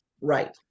Right